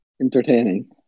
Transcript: entertaining